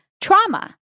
Trauma